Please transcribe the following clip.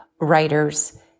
writers